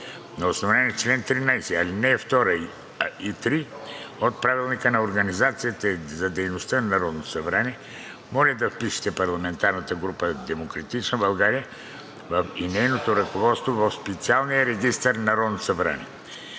На основание чл. 13, ал. 2 и 3 от Правилника за организацията и дейността на Народното събрание моля да впишете парламентарната група „Демократична България“ и нейното ръководство в специалния регистър на Народното събрание